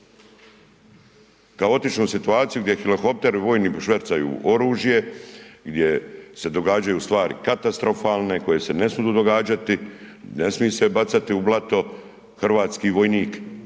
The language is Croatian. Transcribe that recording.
Kaotičnu situaciju gdje helikopteri vojni švercaju oružje, gdje se događaju stvari katastrofalne koji se ne smidu događati, ne smi se bacati u blato hrvatski vojnik.